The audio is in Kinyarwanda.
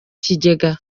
kigega